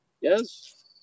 Yes